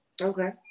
Okay